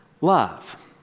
love